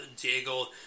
Diego